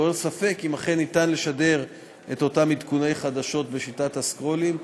התעורר ספק אם אכן ניתן לשדר את אותם עדכוני החדשות בשיטת ה"סקרולים",